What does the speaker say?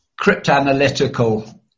cryptanalytical